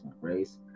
race